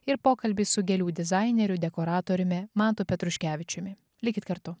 ir pokalbį su gėlių dizaineriu dekoratoriumi mantu petruškevičiumi likit kartu